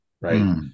right